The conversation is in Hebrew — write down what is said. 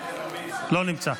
לא נמצא,